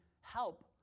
help